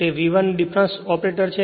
તે ડિફરન્સ છે